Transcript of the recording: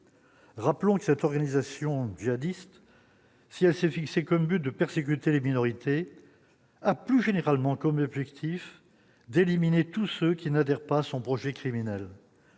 rappelons que cette organisation jihadiste, si elle s'est fixé comme but de persécuter les minorités a plus généralement commis objectif d'éliminer tous ceux qui n'adhère pas son projet criminel,